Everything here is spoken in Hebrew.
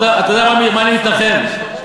אתה יודע במה אני מתנחם?